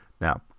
Now